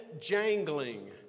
jangling